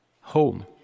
home